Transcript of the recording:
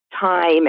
time